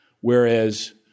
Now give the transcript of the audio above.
whereas